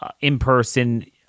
in-person